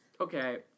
Okay